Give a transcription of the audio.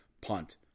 punt